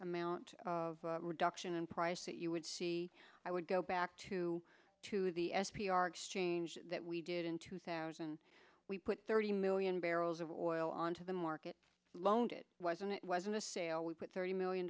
amount of reduction in price that you would see i would go back to to the s p r exchange that we did in two thousand we put thirty million barrels of oil onto the market loaned it wasn't it wasn't a sale we put thirty million